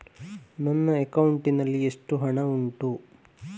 ನನ್ನ ಅಕೌಂಟ್ ನಲ್ಲಿ ಎಷ್ಟು ಹಣ ಉಂಟು?